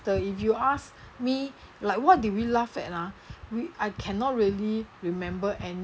so if you ask me like what did we laugh at ah we I cannot really remember any